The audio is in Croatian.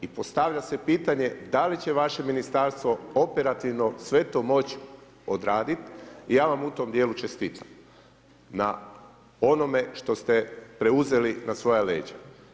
I postavlja se pitanje da li će vaše ministarstvo operativno sve to moć odraditi i ja vam u tom dijelu čestitam na onome što ste preuzeli na svoja leđa.